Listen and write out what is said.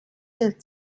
der